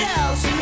else